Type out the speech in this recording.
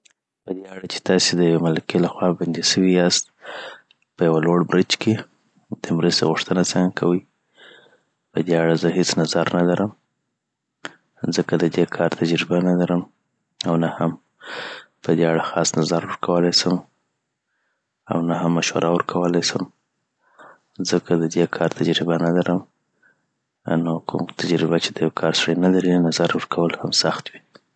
پدی اړه چی تاسی د یوي ملکې لخوا بندي سوي یاست په یوه لوړ برج کي د مرستې غوښتنه څنګه کوی پدی اړه زه هیڅ نظر نلرم ځکه د دی کار تجربه نلرم او نه هم پدی اړه خاص نظر ورکولای سم او نه هم مشوره ورکولاي سم .ځکه زه د دی کار تجربه نلرم نو کوم تجربه چی د یوکار سړی نلري نظر ورکول هم سخت وی